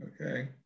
Okay